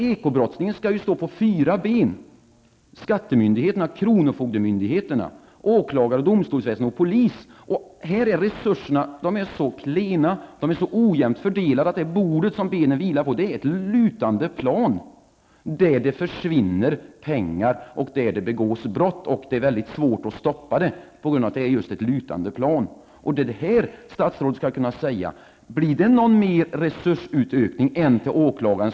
Ekobrottsligheten skall ju så att säga stå på fyra ben: skattemyndigheterna, kronofogdemyndigheterna, åklagar och domstolsväsendet samt polisen. Här är resurserna mycket klena och så ojämnt fördelade att det bord som benen skall stötta upp är ett lutande plan. Pengar försvinner alltså, och brott begås. Det är mycket svårt att få stopp på detta just på grund av nämnda lutande plan. Det är i detta sammanhang som statsrådet skall kunna säga om det blir ytterligare någon resursökning, förutom den till åklagarna.